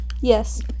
Yes